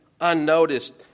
Unnoticed